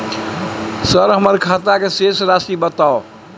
Sir हमर खाता के शेस राशि बताउ?